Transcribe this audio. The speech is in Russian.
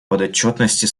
подотчетности